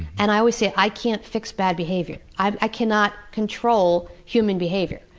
and i always say, i can't fix bad behavior. i i cannot control human behavior.